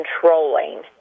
controlling